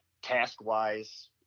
Task-wise